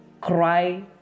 cry